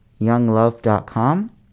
YoungLove.com